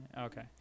Okay